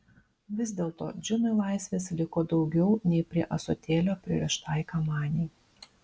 vis dėlto džinui laisvės liko daugiau nei prie ąsotėlio pririštai kamanei